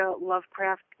Lovecraft